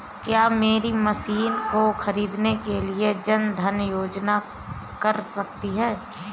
क्या मेरी मशीन को ख़रीदने के लिए जन धन योजना सहायता कर सकती है?